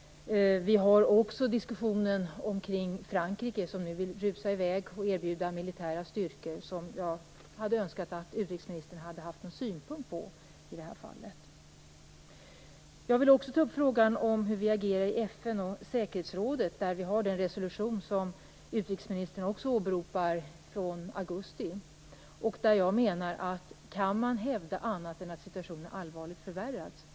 Vi har också diskussioner omkring Frankrike, som nu vill rusa i väg och erbjuda militära styrkor. Jag hade önskat att utrikesministern hade haft en synpunkt på detta. Jag vill också ta upp frågan hur vi agerar i FN och säkerhetsrådet, där vi har den resolution från augusti som utrikesministern också åberopar. Jag undrar: Kan man hävda annat än att situationen allvarligt förvärrats?